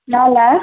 ਨਾ ਲੈ